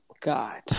God